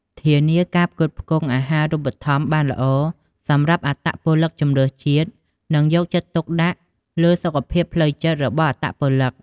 ធានាការផ្គត់ផ្គង់អាហារូបត្ថម្ភបានល្អសម្រាប់អត្តពលិកជម្រើសជាតិនឹងយកចិត្តទុកដាក់លើសុខភាពផ្លូវចិត្តរបស់អត្តពលិក។